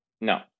No